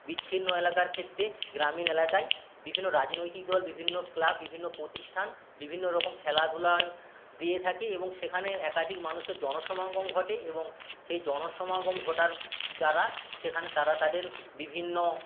বিচ্ছিন্ন এলাকার ক্ষেত্রে গ্রামীণ এলাকায় বিভিন্ন রাজনৈতিক দল বিভিন্ন ক্লাব বিভিন্ন প্রতিষ্ঠান বিভিন্ন রকম খেলাধুলা দিয়ে থাকে এবং সেখানে একাধিক মানুষের জনসমাগম ঘটে এবং সেই জনসমাগম ঘটার দ্বারা সেখানে তারা তাদের বিভিন্ন